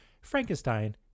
Frankenstein